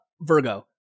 Virgo